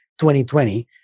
2020